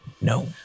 no